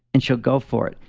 and she'll go for it.